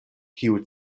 kiuj